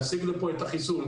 להשיג לפה את החיסון,